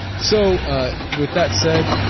so ah with that said,